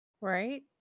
Right